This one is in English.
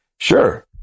Sure